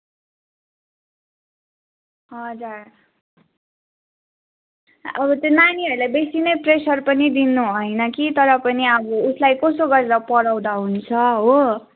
हजुर अब त्यो नानीहरूलाई बेसी नै प्रेसर पनि दिनु होइन कि तरपनि अब उसलाई कसो गरेर पढाउँदा हुन्छ हो